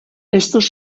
estos